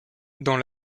dans